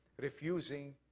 refusing